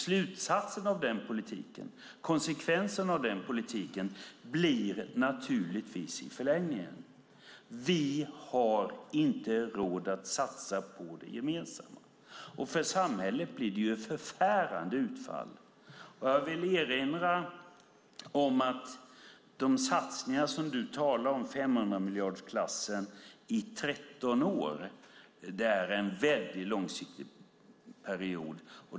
Slutsatsen och konsekvenserna av denna politik blir i förlängningen naturligtvis att vi inte har råd att satsa på det gemensamma. För samhället blir det ett förfärande utfall. Jag vill erinra om att de satsningar som du talar om i 500-miljardersklassen under tolv år är en mycket lång period.